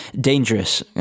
dangerous